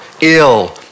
ill